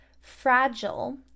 Fragile